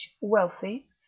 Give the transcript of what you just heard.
wealthy